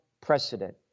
precedent